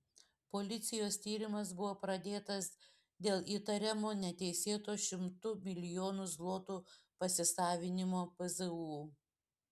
policijos tyrimas buvo pradėtas dėl įtariamo neteisėto šimtų milijonų zlotų pasisavinimo pzu